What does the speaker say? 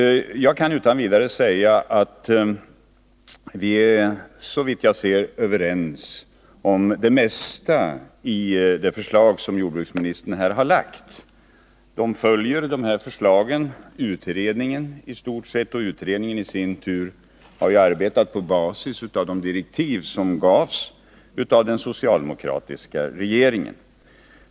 Jag kan utan vidare säga att vi såvitt jag ser det är överens om det mesta i det förslag som jordbruksministern har lagt fram. Förslaget följer i stort sett utredningen, och utredningen har i sin tur arbetat på basis av de direktiv som gavs av den socialdemokratiska regeringen.